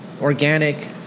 Organic